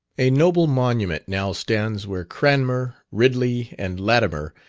a noble monument now stands where cranmer, ridley, and latimer,